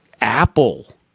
Apple